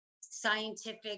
scientific